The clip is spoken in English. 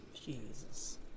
Jesus